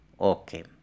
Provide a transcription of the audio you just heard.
Okay